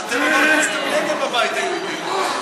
אתם אמרתם שאתם נגד, בבית היהודי.